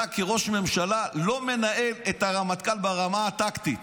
אתה כראש ממשלה לא מנהל את הרמטכ"ל ברמה הטקטית.